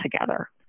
together